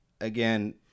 again